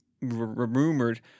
rumored